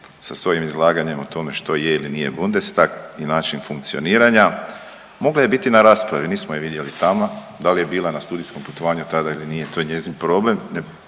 sa svojim izlaganjem o tome što je ili nije Bundestag i način funkcioniranja mogla je biti na raspravi, nismo je vidjeli tamo, da li je bila na studijskom putovanju tada ili nije to je njezin problem,